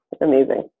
amazing